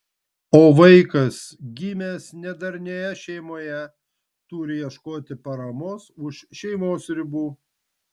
o vaikas gimęs nedarnioje šeimoje turi ieškoti paramos už šeimos ribų